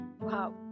Wow